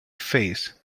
face